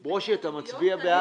ברושי, אתה מצביע בעד?